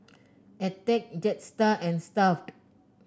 attack Jetstar and Stuff'd